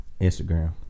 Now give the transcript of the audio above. Instagram